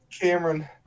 Cameron